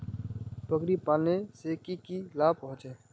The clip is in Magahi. बकरी पालने से की की लाभ होचे?